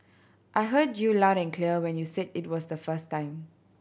I heard you loud and clear when you said it was the first time